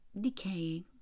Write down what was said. decaying